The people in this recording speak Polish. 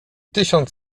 tysiąc